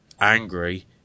angry